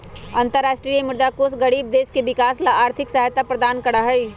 अन्तरराष्ट्रीय मुद्रा कोष गरीब देश के विकास ला आर्थिक सहायता प्रदान करा हई